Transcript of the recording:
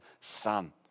Son